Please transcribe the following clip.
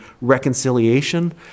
reconciliation